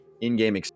in-game